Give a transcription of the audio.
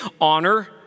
honor